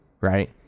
Right